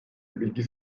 bilgi